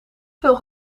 veel